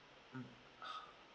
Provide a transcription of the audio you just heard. mm